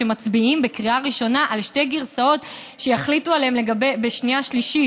שמצביעים בקריאה ראשונה על שתי גרסאות שיחליטו לגביהן בשנייה ושלישית,